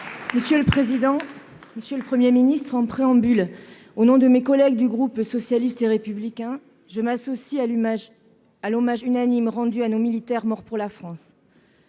Monsieur le président, monsieur le Premier ministre, je veux m'associer, en préambule, au nom de mes collègues du groupe socialiste et républicain, à l'hommage unanime rendu à nos militaires morts pour la France.